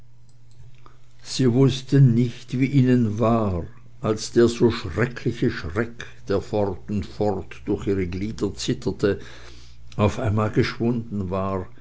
sie wußten nicht wie ihnen war als der so schreckliche schreck der fort und fort durch ihre glieder zitterte auf einmal geschwunden war